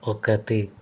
ఒకతి